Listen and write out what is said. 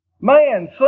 Man